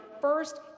first